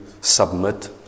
submit